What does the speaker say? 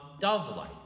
dove-like